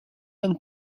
and